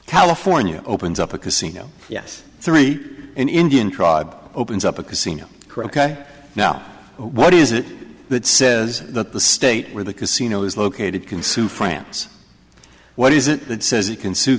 california opens up a casino yes three indian tribe opens up a casino croquet now what is it that says that the state where the casino is located can sue france what is it that says you can sue